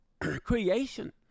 creation